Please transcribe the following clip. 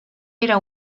era